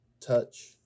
touch